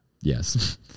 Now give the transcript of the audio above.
Yes